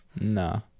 No